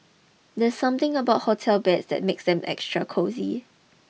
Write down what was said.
there's something about hotel beds that makes them extra cosy